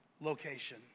location